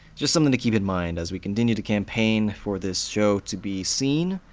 just something to keep in mind, as we continue to campaign for this show to be seen.